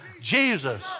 Jesus